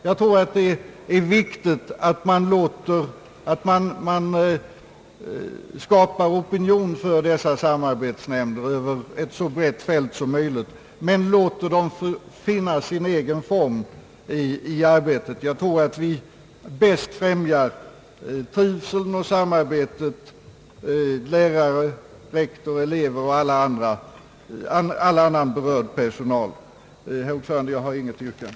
Jag tror att det är viktigt att man skapar opinion för samarbetsnämnderna över ett så brett fält som möjligt men låter dem finna sin egen form i arbetet. På det sättet främjar vi nog bäst trivseln i samarbetet mellan rektor, lärare, elever och andra berörda personer. Herr talman! Jag har inget yrkande.